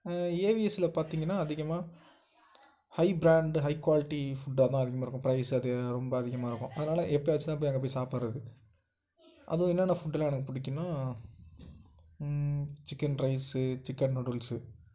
ஏவிஎஸ்சில் பார்த்தீங்கன்னா அதிகமாக high brand high quality ஃபுட்டாக தான் அதிகமாக இருக்கும் ப்ரைஸ் அது ரொம்ப அதிகமாக இருக்கும் அதனால் எப்போயாச்சும் தான் போய் அங்கே போய் சாப்பிட்றது அதுவும் என்னென்ன ஃபுட்டெல்லாம் எனக்கு பிடிக்கும்னா சிக்கன் ரைஸ்ஸு சிக்கன் நூடுல்ஸு